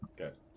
Okay